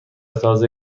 تازه